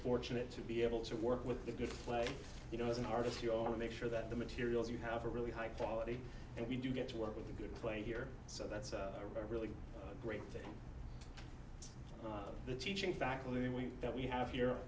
fortunate to be able to work with if you play you know as an artist you know make sure that the materials you have a really high quality and we do get to work with a good player here so that's a really great thing the teaching faculty we that we have here